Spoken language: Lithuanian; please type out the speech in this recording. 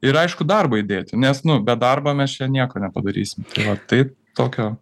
ir aišku darbo įdėti nes nu be darbo mes čia nieko nepadarysim tai va tai tokio